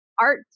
art